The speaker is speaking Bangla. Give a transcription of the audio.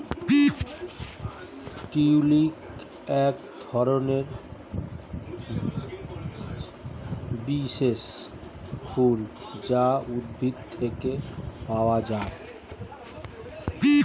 টিউলিপ একধরনের বিশেষ ফুল যা উদ্ভিদ থেকে পাওয়া যায়